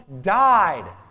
died